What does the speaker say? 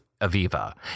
Aviva